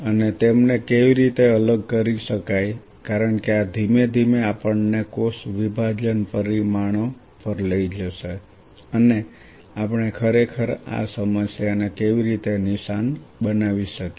અને તેમને કેવી રીતે અલગ કરી શકાય કારણ કે આ ધીમે ધીમે આપણને કોષ વિભાજન પરિમાણો પર લઈ જશે અને આપણે ખરેખર આ સમસ્યાને કેવી રીતે નિશાન બનાવી શકીએ